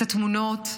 את התמונות,